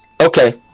Okay